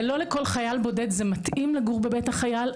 ולא לכל חייל בודד זה מתאים לגור בבית החייל,